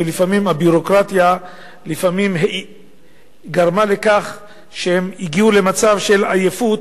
לפעמים הביורוקרטיה גרמה לכך שהם הגיעו למצב של עייפות,